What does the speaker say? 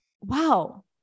wow